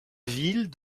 ville